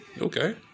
Okay